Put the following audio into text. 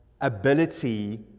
ability